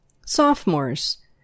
Sophomores